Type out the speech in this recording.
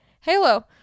Halo